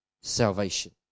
salvation